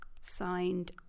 Signed